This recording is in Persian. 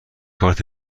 کارت